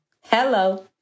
Hello